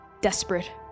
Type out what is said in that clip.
desperate